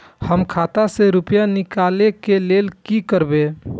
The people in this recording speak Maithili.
हम खाता से रुपया निकले के लेल की करबे?